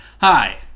Hi